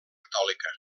catòlica